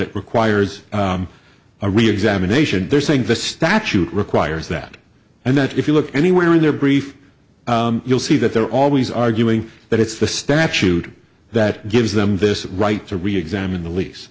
it requires a reexamination they're saying the statute requires that and that if you look anywhere in their brief you'll see that they're always arguing that it's the statute that gives them this right to re examine the lease